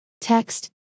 text